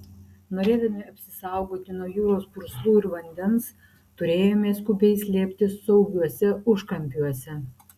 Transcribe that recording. norėdami apsisaugoti nuo jūros purslų ir vandens turėjome skubiai slėptis saugiuose užkampiuose